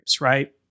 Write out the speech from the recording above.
right